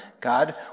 God